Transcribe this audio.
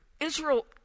Israel